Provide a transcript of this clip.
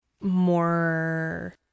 more